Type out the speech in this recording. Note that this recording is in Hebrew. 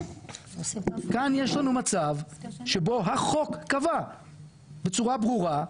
כאן יש לנו מצב שבו החוק קבע בצורה ברורה,